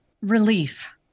Relief